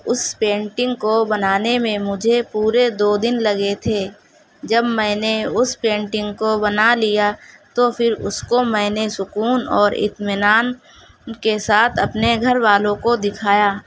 اس painting کو بنانے میں مجھے پورے دو دن لگے تھے جب میں نے اس پینٹنگ کو بنا لیا تو پھر اس کو میں نے سکون اور اطمینان کے ساتھ اپنے گھر والوں کو دکھایا